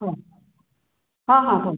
हो हां हां हो